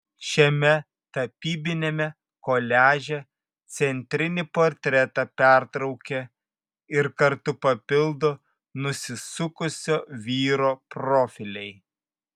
šiame tapybiniame koliaže centrinį portretą pertraukia ir kartu papildo nusisukusio vyro profiliai